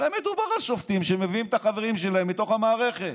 הרי מדובר על שופטים שמביאים את החברים שלהם מתוך המערכת.